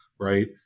right